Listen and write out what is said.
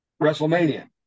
WrestleMania